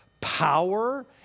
power